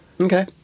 Okay